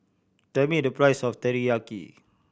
tell me the price of Teriyaki